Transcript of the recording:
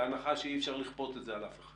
בהנחה שאי אפשר לכפות את זה על אף אחד?